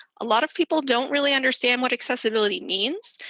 a lot of people don't really understand what accessibility means.